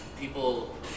people